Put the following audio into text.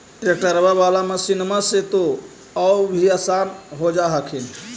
ट्रैक्टरबा बाला मसिन्मा से तो औ भी आसन हो जा हखिन?